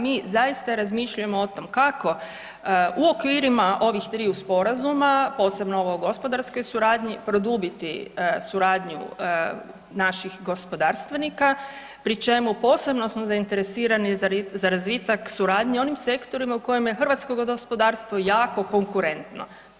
Mi zaista i razmišljamo o tom kako u okvirima ovih triju sporazuma, posebno ovog o gospodarskoj suradnji produbiti suradnju naših gospodarstvenika, pri čemu posebno smo zainteresirani za razvitak suradnje u onim sektorima u kojima je hrvatsko gospodarstvo jako konkurentno.